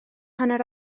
hanner